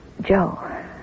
Joe